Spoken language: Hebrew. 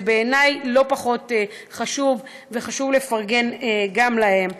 זה בעיני לא פחות חשוב, וחשוב לפרגן גם להם.